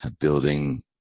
building